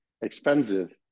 expensive